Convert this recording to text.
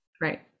Right